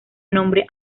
nombre